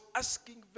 asking